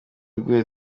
iguye